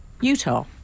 Utah